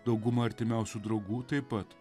dauguma artimiausių draugų taip pat